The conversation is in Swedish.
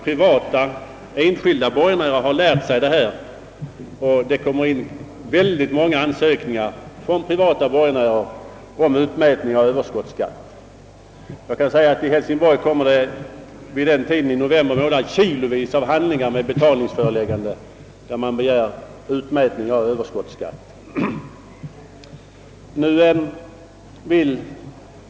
Privata enskilda borgenärer har nu lärt sig hur det ligger till, och det förekommer många ansökningar från privata borgenärer om utmätning av överskottsskatt. I Hälsingborg får utmätningsmannen i november månad kilovis av handlingar om betalningsföreläggande, i vilka man begär utmätning av överskottsskatt.